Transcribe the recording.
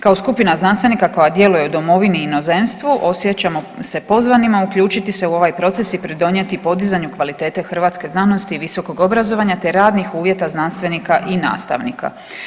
Kao skupina znanstvenika koja djeluje u Domovini i inozemstvu osjećamo se pozvanima uključiti se u ovaj proces i pridonijeti podizanju kvalitete hrvatske znanosti i visokog obrazovanja, te radnih uvjeta znanstvenika i nastavnika.